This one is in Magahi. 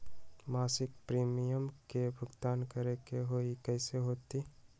मासिक प्रीमियम के भुगतान करे के हई कैसे होतई?